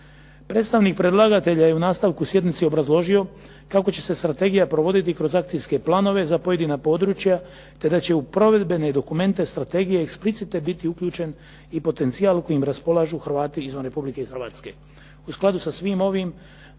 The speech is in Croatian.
Predstavnik predlagatelja je u nastavku sjednice obrazložio kako će se strategija provoditi kroz akcijske planove za pojedina područja, te da će u provedbene dokumente strategije explicite biti uključen i potencijal u kojem raspolažu Hrvati izvan Republike Hrvatske. U skladu sa svim ovim,